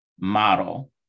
model